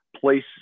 place